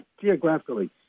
geographically